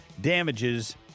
damages